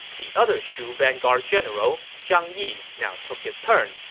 the other shu vanguard general, zhang yi, now took his turn,